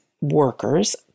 workers